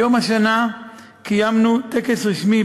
ביום השנה קיימנו טקס רשמי,